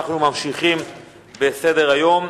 אנחנו ממשיכים בסדר-היום.